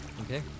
Okay